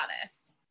honest